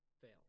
fail